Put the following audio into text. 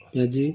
পেঁয়াজি